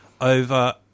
over